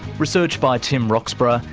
research by tim roxburgh,